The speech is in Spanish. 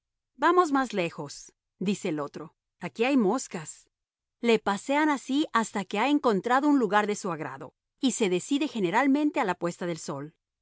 vamos más lejos dice el otro aquí hay moscas le pasean así hasta que ha encontrado un lugar de su agrado y se decide generalmente a la puesta del sol